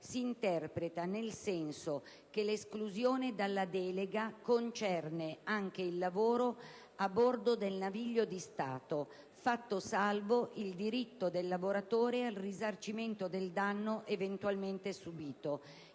si interpreta nel senso che l'esclusione dalla delega concerne anche il lavoro a bordo del naviglio di Stato fatto salvo il diritto del lavoratore al risarcimento del danno eventualmente subito,